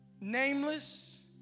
nameless